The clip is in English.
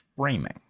framing